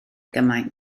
gymaint